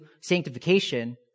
sanctification